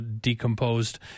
decomposed